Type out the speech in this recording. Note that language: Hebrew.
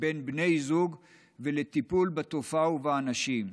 בין בני זוג ולטיפול בתופעה ובאנשים.